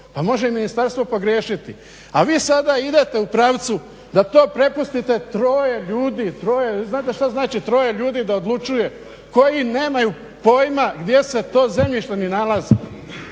Pa može i ministarstvo pogriješiti. A vi sada idete u pravcu da to prepustite troje ljudi, troje, jer vi znate šta znači troje ljudi da odlučuje, koji nemaju pojma gdje se to zemljište ni nalazi.